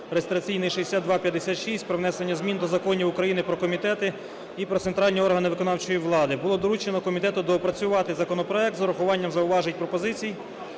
(реєстраційний – 6256) про внесення змін до законів України про комітети і "Про центральні органи виконавчої влади". Було доручено комітету доопрацювати законопроект з урахуванням зауважень і пропозицій